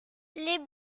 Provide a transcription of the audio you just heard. les